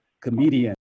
comedian